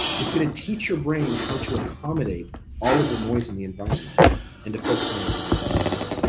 it's gonna teach your brain how to accommodate all of the noise in the environment and to focus on what really matters.